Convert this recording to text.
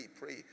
pray